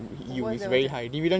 what's that what's that